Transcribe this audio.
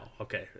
Okay